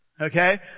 Okay